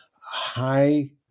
high